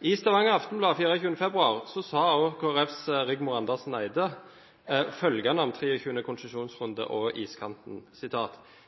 I Stavanger Aftenblad 24. februar sa Kristelig Folkepartis Rigmor Andersen Eide følgende om